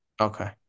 Okay